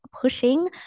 pushing